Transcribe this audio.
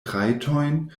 trajtojn